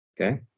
okay